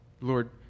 Lord